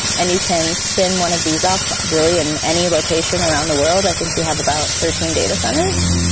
and you can spin one of these up really in any location around the world. i think we have about thirteen data centers.